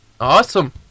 Awesome